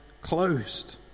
closed